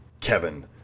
Kevin